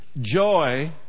joy